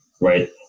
Right